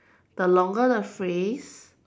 the longer the phrase